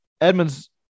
Edmonds